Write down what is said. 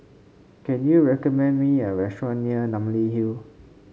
can you recommend me a restaurant near Namly Hill